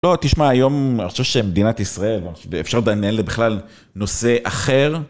לא, תשמע, היום אני חושב שבמדינת ישראל ואפשר לנהל בכלל נושא אחר.